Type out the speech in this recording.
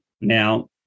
Now